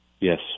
Yes